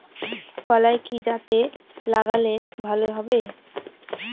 কলাই কি জাতে লাগালে ভালো হবে?